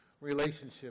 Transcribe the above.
relationship